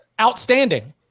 outstanding